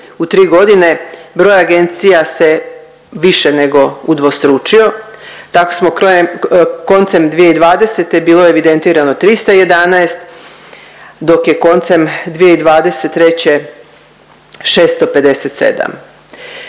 u tri godine broj agencija se više nego udvostručio, tako smo koncem 2020. bilo je evidentirano 311, dok je koncem 2023. 657.